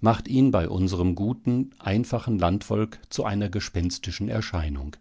macht ihn bei unserm guten einfachen landvolk zu einer gespenstischen erscheinung